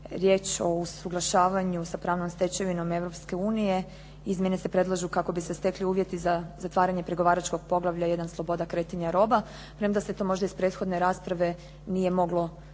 riječ o suglašavanju sa pravnom stečevinom Europske unije, izmjene se predlažu kako bi se stekli uvjeti za zatvaranje pregovaračkog poglavlja 1. Sloboda kretanja roba, premda se to možda iz prethodne rasprave nije moglo